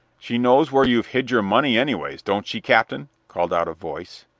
she knows where you've hid your money, anyways. don't she, captain? called out a voice.